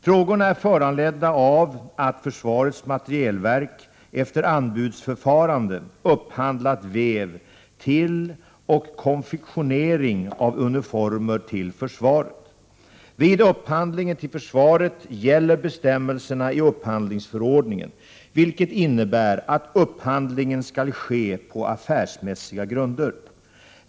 Frågorna är föranledda av att försvarets materielverk efter anbudsförfarande upphandlat väv till och konfektionering av uniformer till försvaret. Vid upphandling till försvaret gäller bestämmelserna i upphandlingsförordningen, vilket innebär att upphandlingen skall ske på affärsmässiga grunder.